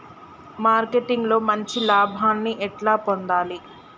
Marketing లో మంచి లాభాల్ని ఎట్లా పొందాలి?